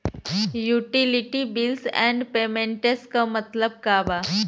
Utility bills and payments क मतलब का बा?